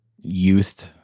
youth